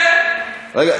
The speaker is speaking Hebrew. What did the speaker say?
כן, מותר לחלוק, רגע.